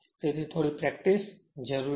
તેથી થોડી પ્રેક્ટિસ જરૂરી છે